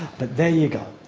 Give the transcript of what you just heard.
but there you go.